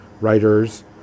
writers